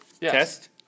Test